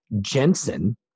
Jensen